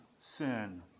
Sin